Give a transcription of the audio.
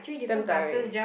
damn tiring